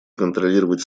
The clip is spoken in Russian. контролировать